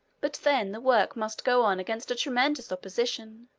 but then the work must go on against a tremendous opposition,